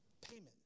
payment